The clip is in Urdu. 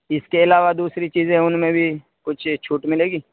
اس کے علاوہ دوسری چیزیں ان میں بھی کچھ چھوٹ ملے گی